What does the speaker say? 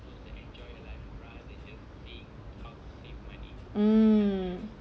hmm